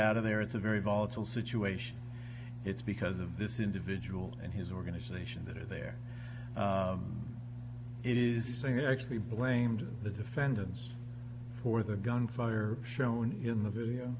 of there it's a very volatile situation it's because of this individual and his organization that are there it is saying actually blamed the defendants for the gunfire shown in the video